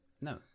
no